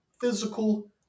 physical